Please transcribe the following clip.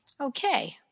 Okay